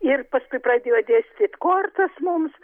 ir paskui pradėjo dėstyt kortas mums